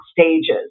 stages